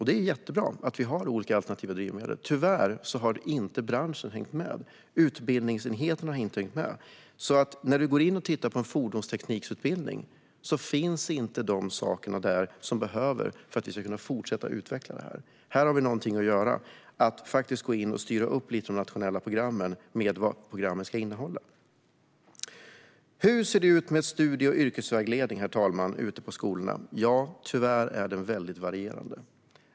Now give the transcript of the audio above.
Det är jättebra att vi har olika alternativa drivmedel. Tyvärr har branschen och utbildningsenheten inte hängt med. Tittar man på en fordonsteknikutbildning ser man att de saker som behövs för att vi ska kunna fortsätta att utveckla detta inte finns där. Här har vi något att göra: gå in och styra upp vad de nationella programmen ska innehålla. Hur ser det ut med studie och yrkesvägledning ute på skolorna, herr talman? Ja, tyvärr är den väldigt varierande.